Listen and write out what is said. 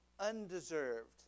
undeserved